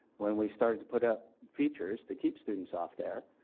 when we started to put up features to keep students off there,